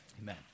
Amen